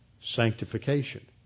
Sanctification